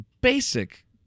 basic